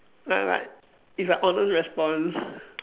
like like it's like honest response